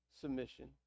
submission